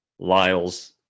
Lyles